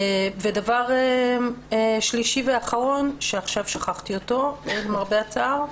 דבר שלישי ואחרון, עכשיו שכחתי אותו, למרבה הצער.